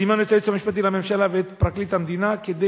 זימנו את היועץ המשפטי לממשלה ואת פרקליט המדינה כדי